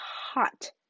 hot